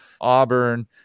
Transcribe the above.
Auburn